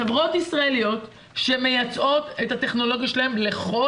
חברות ישראליות שמייצאות את הטכנולוגיה שלהן לכל